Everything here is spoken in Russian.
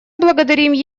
благодарим